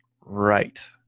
Right